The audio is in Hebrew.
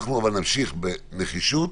אנחנו נמשיך בנחישות